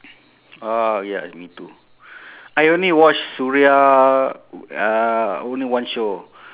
orh ya me too I only watch suria uh only one show